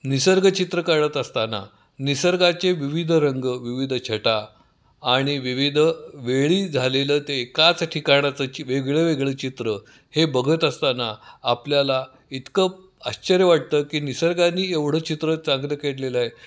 निसर्गचित्र काढत असताना निसर्गाचे विविध रंग विविध छटा आणि विविध वेळी झालेलं ते एकाच ठिकाणाचं वेगळं वेगळं चित्र हे बघत असताना आपल्याला इतकं आश्चर्य वाटतं की निसर्गाने एवढं चित्र चांगलं काढलेलं आहे